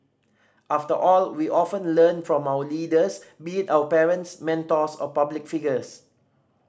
after all we often learn from our leaders be it our parents mentors or public figures